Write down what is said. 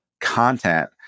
content